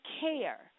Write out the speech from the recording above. care